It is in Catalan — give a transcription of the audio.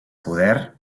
poder